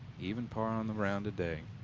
even par on the ground today